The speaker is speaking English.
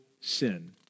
sin